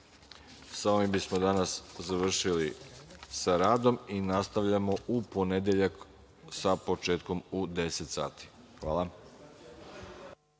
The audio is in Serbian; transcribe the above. ovim bismo danas završili sa radom. Nastavljamo u ponedeljak sa početkom u 10.00 časova. Hvala.